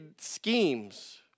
schemes